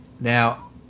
now